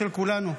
של כולנו.